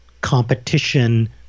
competition